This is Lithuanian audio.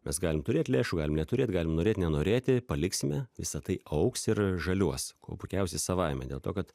mes galim turėt lėšų galim neturėt galim norėt nenorėti paliksime visa tai augs ir žaliuos kuo puikiausiai savaime dėl to kad